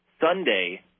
Sunday